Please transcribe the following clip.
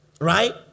Right